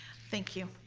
thank you.